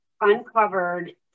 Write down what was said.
uncovered